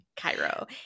Cairo